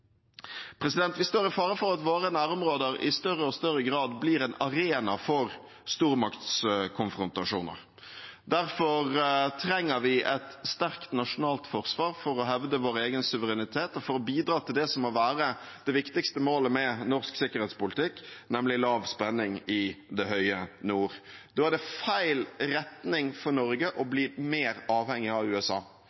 Vi står i fare for at våre nærområder i større og større grad blir en arena for stormaktkonfrontasjoner. Derfor trenger vi et sterkt nasjonalt forsvar for å hevde vår egen suverenitet og for å bidra til det som må være det viktigste målet med norsk sikkerhetspolitikk, nemlig lav spenning i det høye nord. Da er det feil retning for Norge å